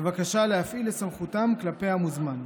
בבקשה להפעיל את סמכותם כלפי המוזמן,